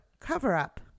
cover-up